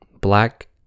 Black